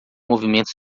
movimento